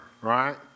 right